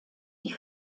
die